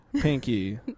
Pinky